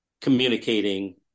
communicating